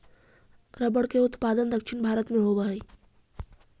rubber का उत्पादन दक्षिण भारत में होवअ हई